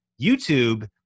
YouTube